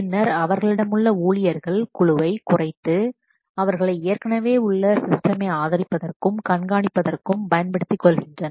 பின்னர் அவர்களிடமுள்ள ஊழியர்கள் குழுவை குறைத்து அவர்களை ஏற்கனவே உள்ள சிஸ்டமை ஆதரிப்பதற்கும் கண்காணிப்பதற்கும் பயன்படுத்திக் கொள்கின்றனர்